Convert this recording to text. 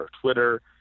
Twitter